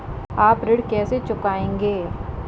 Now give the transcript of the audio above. आप ऋण कैसे चुकाएंगे?